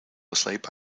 asleep